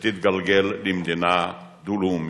שתתגלגל למדינה דו-לאומית.